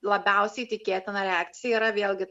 labiausiai tikėtina reakcija yra vėlgi